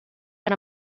per